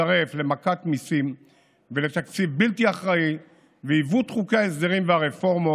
שמצטרף למכת מיסים ולתקציב בלתי אחראי ועיוות חוקי ההסדרים והרפורמות,